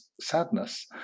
sadness